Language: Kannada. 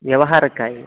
ವ್ಯವಹಾರಕ್ಕಾಗಿ